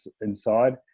inside